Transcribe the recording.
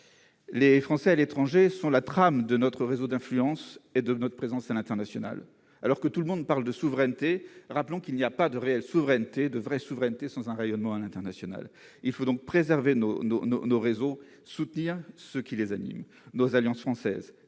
Les Français vivant à l'étranger constituent la trame de notre réseau d'influence et de notre présence à l'international. Alors que tout le monde parle de souveraineté, rappelons qu'il n'y a pas de réelle souveraineté sans rayonnement à l'international. Il faut donc préserver nos réseaux et soutenir ceux qui les animent : nos Alliances françaises,